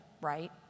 right